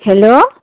hello